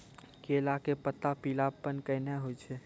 केला के पत्ता पीलापन कहना हो छै?